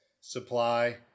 supply